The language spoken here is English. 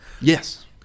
Yes